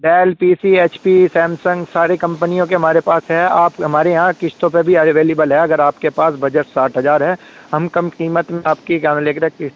deal P C H P Samsung ساری کمپنیوں کے ہمارے پاس ہیں آپ ہمارے یہاں قسطوں پہ بھی اویلیبل ہے اگر آپ کے پاس بجٹ ساٹھ ہزار ہے ہم کم قیمت میں آپ کی کیا نام لیکرے